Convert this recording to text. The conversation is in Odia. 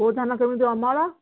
କୋଉ ଧାନ କେମିତି ଅମଳ